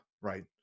right